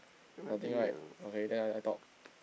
nothing right okay then I I talk